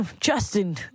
Justin